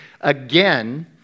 again